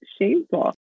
shameful